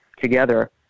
together